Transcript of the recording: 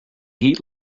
heat